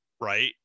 Right